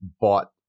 bought